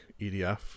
edf